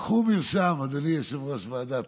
קחו מרשם, אדוני יושב-ראש ועדת,